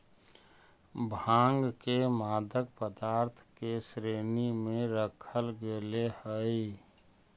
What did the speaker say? भाँग के मादक पदार्थ के श्रेणी में रखल गेले हइ